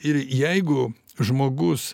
ir jeigu žmogus